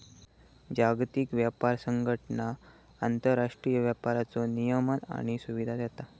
जागतिक व्यापार संघटना आंतरराष्ट्रीय व्यापाराचो नियमन आणि सुविधा देता